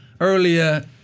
earlier